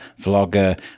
vlogger